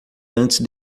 antes